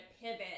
pivot